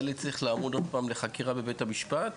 הילד צריך לעמוד עוד פעם לחקירה בבית המשפט?